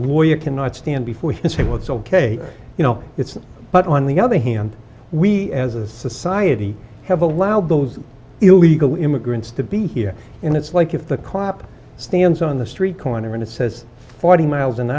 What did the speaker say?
lawyer cannot stand before him say well it's ok you know it's but on the other hand we as a society have allowed those illegal immigrants to be here and it's like if the cop stands on the street corner and it says forty miles an